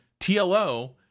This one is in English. tlo